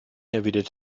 erwidert